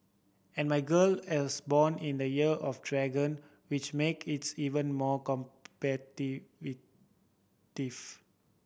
and my girl as born in the Year of Dragon which make it's even more